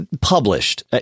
published